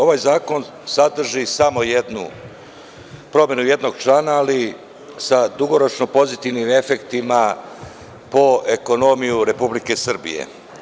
Ovaj zakon sadrži samo promenu jednog člana, ali sa dugoročno pozitivnim efektima po ekonomiju Republike Srbije.